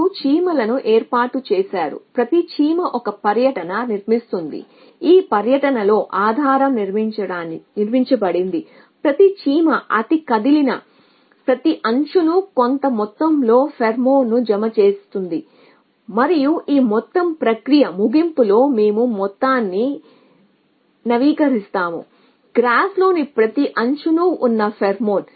మీరు చీమలను ఏర్పాటు చేసారు ప్రతి చీమ ఒక పర్యటనను నిర్మిస్తుంది ఈ పర్యటనలో ఆధారం నిర్మించబడింది ప్రతి చీమ అది కదిలిన ప్రతి అంచున కొంత మొత్తంలో ఫెరోమోన్ను జమ చేస్తుంది మరియు ఈ మొత్తం ప్రక్రియ ముగింపులో మేము మొత్తాన్ని నవీకరిస్తాము గ్రాఫ్లోని ప్రతి అంచున ఉన్న ఫేర్మోన్